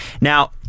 Now